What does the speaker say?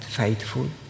faithful